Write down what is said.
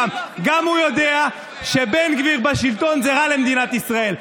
גם הוא יודע שבן גביר בשלטון זה רע למדינת ישראל.